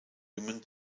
women